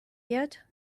yet